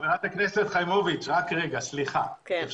חברת הכנסת חיימוביץ', זה